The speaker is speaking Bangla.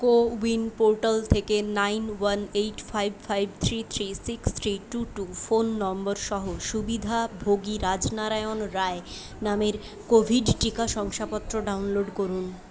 কোউইন পোর্টাল থেকে nine one eight five five three three six three two two phone number সহ সুবিধাভোগী রাজনারায়ণ রায় নামের কোভিড টিকা শংসাপত্র ডাউনলোড করুন